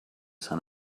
sun